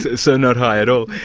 so not high at all.